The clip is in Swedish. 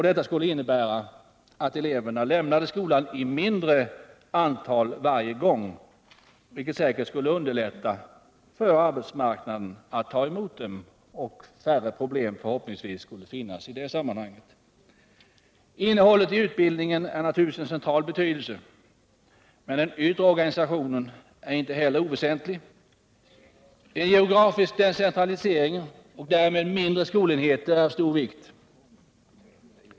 Detta skulle innebära att eleverna lämnade skolan i mindre antal varje gång, vilket säkert skulle underlätta för arbetsmarknaden att ta emot dem och ge färre problem där. Innehållet i utbildningen är naturligtvis av central betydelse. Men den yttre organisationen är inte heller oväsentlig. En geografisk decentralisering och därmed mindre skolenheter är av stor vikt.